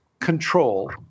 control